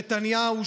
נתניהו,